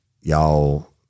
Y'all